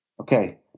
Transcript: Okay